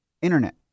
Internet